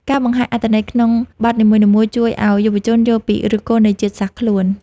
ការបង្ហាញអត្ថន័យក្នុងបទនីមួយៗ ជួយឱ្យយុវជនយល់ពីឫសគល់នៃជាតិសាសន៍ខ្លួន។